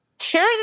Share